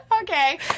Okay